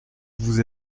vous